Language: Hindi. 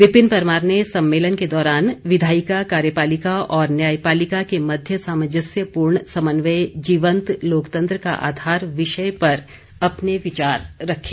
विपिन परमार ने सम्मेलन के दौरान विधायिका कार्यपालिका और न्यायपालिका के मध्य सामंजस्य पूर्ण समन्वय जीवन्त लोकतंत्र का आधार विषय पर अपने विचार रखे